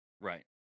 Right